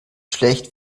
schlecht